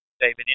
david